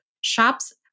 shops